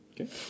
Okay